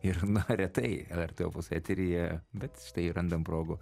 ir nu retai lrt opus eteryje bet štai randam progų